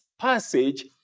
passage